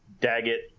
Daggett